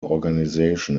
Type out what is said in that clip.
organization